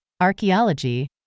archaeology